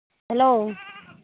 hello